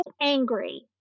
angry